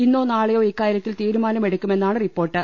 ഇന്നോ നാളെയോ ഇക്കാര്യത്തിൽ തീരുമാനമെടുക്കുമെന്നാണ് റിപ്പോർട്ട്